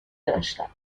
داشتم